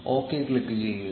okay click ചെയ്യുക